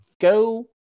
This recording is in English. go